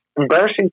embarrassing